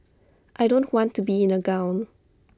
I don't want to be in A gown